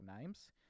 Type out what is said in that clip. names